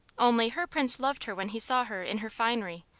only, her prince loved her when he saw her in her finery,